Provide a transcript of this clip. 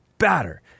Batter